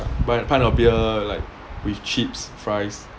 buy a pint of beer like with chips fries